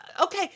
okay